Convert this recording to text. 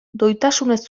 doitasunez